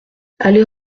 aller